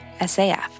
SAF